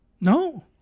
No